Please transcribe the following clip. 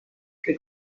que